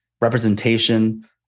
representation